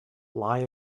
lie